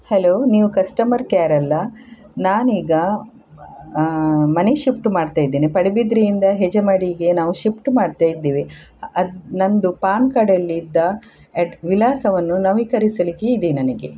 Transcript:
hello ನೀವು customer care ಅಲ್ವಾ ನಾನು ಈಗ ಮನೆ ಶಿಫ್ಟ್ ಮಾಡ್ತಾ ಇದ್ದೇನೆ ಪಡುಬಿದ್ರೆಯಿಂದ ಹೆಜಮಾಡಿಗೆ ನಾವು ಶಿಫ್ಟ್ ಮಾಡ್ತಾ ಇದ್ದೇವೆ ಅದು ನನ್ನದು ಪಾನ್ ಕಾರ್ಡಲ್ಲಿದ್ದ ಎಡ್ ವಿಳಾಸವನ್ನು ನವೀಕರಿಸಲಿಕ್ಕೆ ಇದೆ ನನಗೆ